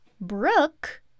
Brooke